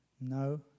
No